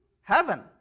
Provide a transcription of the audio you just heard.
heaven